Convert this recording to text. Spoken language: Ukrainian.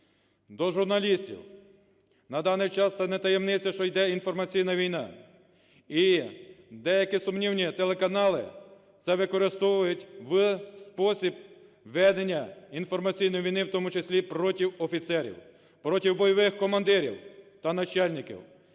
до журналістів. На даний час це не таємниця, що йде інформаційна війна, і деякі сумнівні телеканали це використовують у спосіб ведення інформаційної війни, в тому числі і проти офіцерів, проти бойових командирів та начальників,